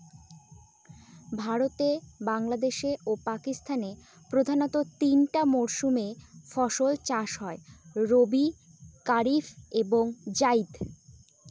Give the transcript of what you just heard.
ভারতে বাংলাদেশে ও পাকিস্তানে প্রধানত তিনটা মরসুমে ফাসল চাষ হয় রবি কারিফ এবং জাইদ